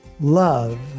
Love